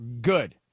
Good